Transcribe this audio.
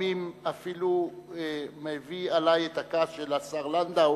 שלפעמים אפילו מביא עלי את הכעס של השר לנדאו,